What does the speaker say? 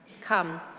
Come